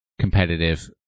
competitive